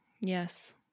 Yes